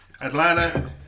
Atlanta